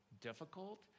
difficult